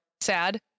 sad